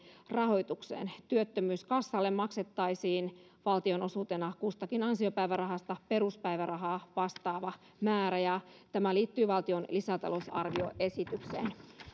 rahoitukseen työttömyyskassalle maksettaisiin valtionosuutena kustakin ansiopäivärahasta peruspäivärahaa vastaava määrä tämä liittyy valtion lisätalousarvioesitykseen